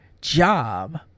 job